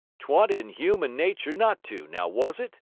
t wa'n't in human natur not to, now was it?